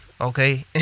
Okay